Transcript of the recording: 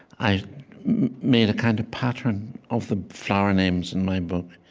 i made a kind of pattern of the flower names in my book,